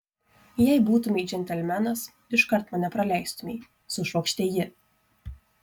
jei būtumei džentelmenas iškart mane praleistumei sušvokštė ji